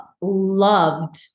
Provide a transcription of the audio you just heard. loved